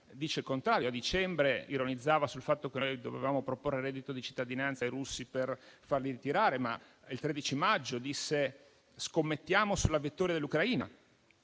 dice il contrario. A dicembre ironizzava sul fatto che noi dovevamo proporre il reddito di cittadinanza ai russi per farli ritirare, ma il 13 maggio disse di scommettere sulla vittoria dell'Ucraina;